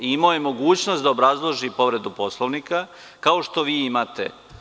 Imao je mogućnost da obrazloži povredu Poslovnika, kao što vi imate.